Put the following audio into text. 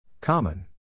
common